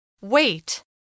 Wait